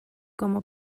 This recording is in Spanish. como